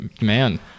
man